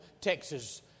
Texas